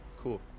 cool